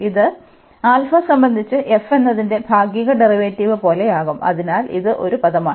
ഇത് സംബന്ധിച്ച് f എന്നതിന്റെ ഭാഗിക ഡെറിവേറ്റീവ് പോലെയാകും അതിനാൽ ഇത് ഒരു പദമാണ്